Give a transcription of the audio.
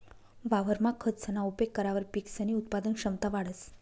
वावरमा खतसना उपेग करावर पिकसनी उत्पादन क्षमता वाढंस